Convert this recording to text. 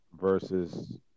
versus –